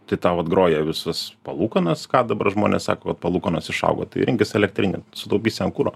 tai tau atgroja visas palūkanas ką dabar žmonės sako kad palūkanos išaugo tai rinkis elektrinį sutaupysi ant kuro